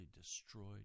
destroyed